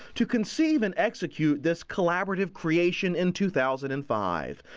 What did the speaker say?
to conceive and execute this collaborative creation in two thousand and five.